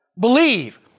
Believe